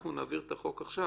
אנחנו נעביר את החוק עכשיו,